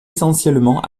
essentiellement